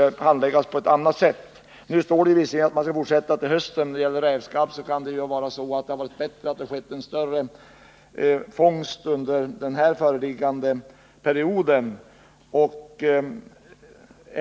Nu sade jordbruksministern att tillstånden kommer att kunna användas nästa jaktsäsong. Men eftersom det gäller rävskabb hade det kanske varit bättre om det skett en större fångst under den här perioden.